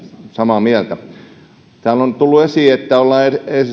samaa mieltä täällä on tullut esiin että ollaan